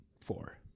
four